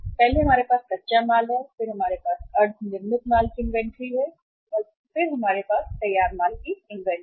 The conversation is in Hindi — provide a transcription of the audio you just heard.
पहले हमारे पास कच्चा माल है फिर हमारे पास WIP इन्वेंट्री है और फिर हमारे पास काम खत्म हो चुका है माल सूची